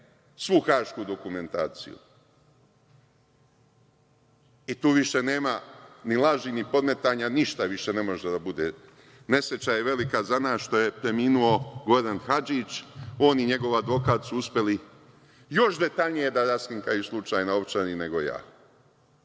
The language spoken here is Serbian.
svu hašku dokumentaciju. Tu više nema ni laži ni podmetanja, ništa više ne može da bude. Nesreća je velika za nas što je preminuo Goran Hadžić. On i njegov advokat su uspeli još detaljnije da raskrinkaju slučaj na Ovčari nego ja. Dva